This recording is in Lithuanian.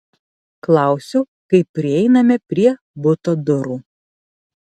klausiu kai prieiname prie buto durų